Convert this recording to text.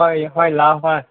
ꯍꯣꯏ ꯍꯣꯏ ꯂꯥꯛꯑꯣ ꯍꯣꯏ